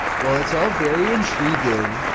while it's all very intriguing,